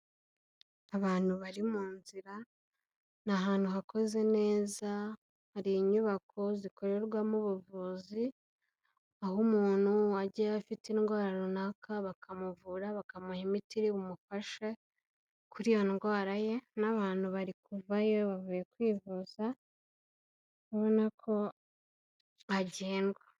Abantu bari mu nzira, ni ahantu hakoze neza hari inyubako zikorerwamo ubuvuzi aho umuntu wajyayo afite indwara runaka bakamuvura bakamuha imiti iri bu umufashe kuri iyo ndwara ye, n'abantu bari kuvayo bavuye kwivuza urabonako hagendwa.